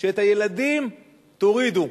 את הילדים תורידו,